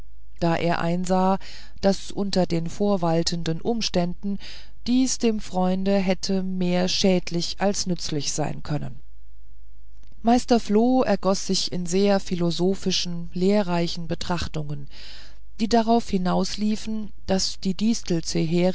da er einsah daß unter den vorwaltenden umständen dies dem freunde hätte mehr schädlich als nützlich sein können meister floh ergoß sich in sehr philosophischen lehrreichen betrachtungen die darauf hinausliefen daß die distel